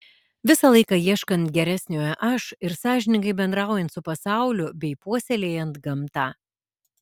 visą laiką ieškant geresniojo aš ir sąžiningai bendraujant su pasauliu bei puoselėjant gamtą